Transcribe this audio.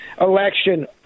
election